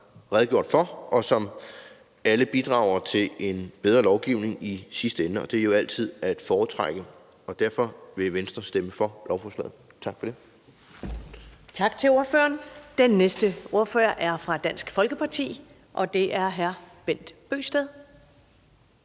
redegjort for, og som alle bidrager til en bedre lovgivning i sidste ende, og det er jo altid at foretrække. Derfor vil Venstre stemme for lovforslaget. Kl.